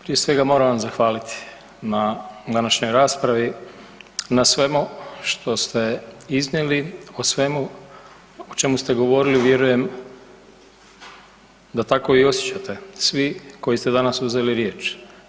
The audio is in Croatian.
Prije svega moram vam zahvaliti na današnjoj raspravi, na svemu što ste iznijeli, o svemu o čemu ste govorili vjerujem da tako i osjećate svi koji ste danas uzeli riječ.